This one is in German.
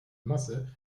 masse